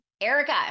Erica